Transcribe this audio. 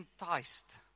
enticed